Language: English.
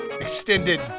extended